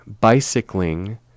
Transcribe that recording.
bicycling